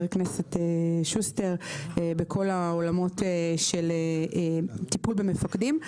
הכנסת שוסטר בכל העולמות של טיפול במפקדים.